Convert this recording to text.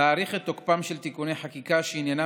להאריך את תוקפם של תיקוני חקיקה שעניינם